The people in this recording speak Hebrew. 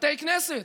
בתי כנסת,